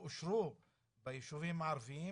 שאושרו ביישובים הערביים,